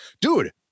dude